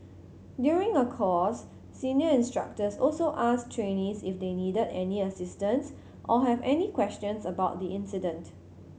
during a course senior instructors also asked trainees if they needed any assistance or have any questions about the incident